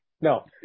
No